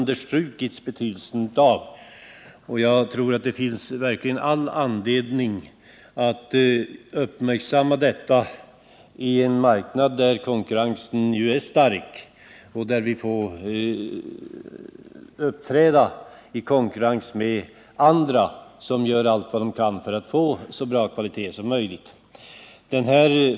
Det finns verkligen all anledning att uppmärksamma detta på en marknad, där konkurrensen ju är stark och där vi får uppträda i konkurrens med andra, som gör allt vad de kan för att få så bra kvalitet som möjligt.